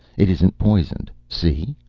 it isn't poisoned, see?